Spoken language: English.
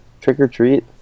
trick-or-treat